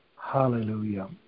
Hallelujah